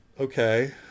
okay